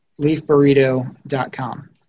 leafburrito.com